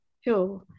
Sure